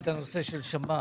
אני מחכה למסיבת העיתונאים שלך,